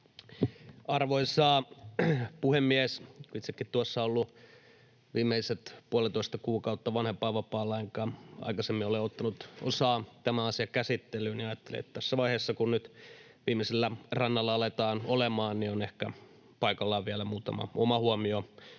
Arvoisa puhemies! Kun itsekin tuossa olen ollut viimeiset puolitoista kuukautta vanhempainvapaalla enkä aikaisemmin ole ottanut osaa tämän asian käsittelyyn, niin ajattelin, että tässä vaiheessa, kun nyt viimeisellä rannalla aletaan olemaan, on ehkä paikallaan vielä todeta muutama oma huomio,